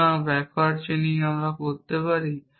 সুতরাং আমরা backward chaining করতে পারি